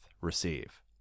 receive